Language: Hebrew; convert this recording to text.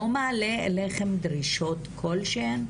לא מעלה אליכם דרישות כלשהם?